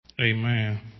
Amen